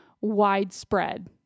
widespread